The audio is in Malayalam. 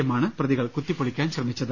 എമ്മാണ് പ്രതികൾ കുത്തിപ്പൊളിക്കാൻ ശ്രമിച്ചത്